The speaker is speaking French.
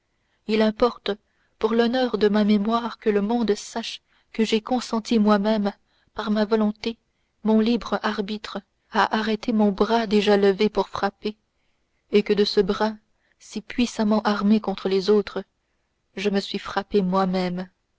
il importe pour l'honneur de ma mémoire que le monde sache que j'ai consenti moi-même par ma volonté de mon libre arbitre à arrêter mon bras déjà levé pour frapper et que de ce bras si puissamment armé contre les autres je me suis frappé moi-même